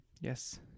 Yes